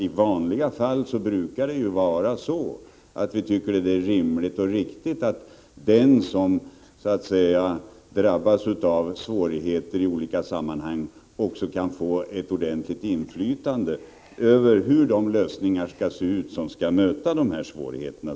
I vanliga fall brukar vi tycka att det är rimligt och riktigt att den som så att säga drabbas av svårigheter också kan få ett ordentligt inflytande över hur de lösningar skall se ut som skall möta de svårigheterna.